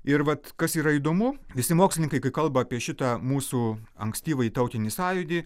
ir vat kas yra įdomu visi mokslininkai kai kalba apie šitą mūsų ankstyvąjį tautinį sąjūdį